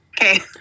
Okay